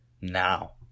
now-